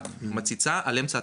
את מציצה על אמצע התהליך.